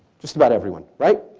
just about everyone, right?